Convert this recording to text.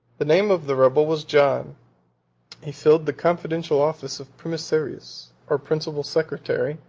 the name of the rebel was john he filled the confidential office of primicerius, or principal secretary,